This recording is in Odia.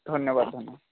ଧନ୍ୟବାଦ ଧନ୍ୟବାଦ